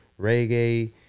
reggae